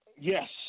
yes